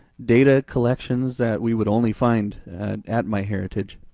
data collections that we would only find at myheritage?